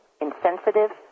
insensitive